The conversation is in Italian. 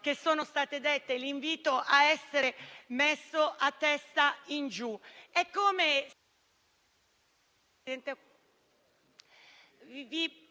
che sono state dette e l'invito a essere messo a testa in giù.